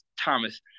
Thomas